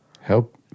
help